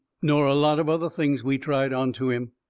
nor a lot of other things we tried onto him.